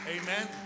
Amen